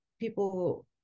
people